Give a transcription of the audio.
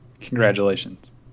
congratulations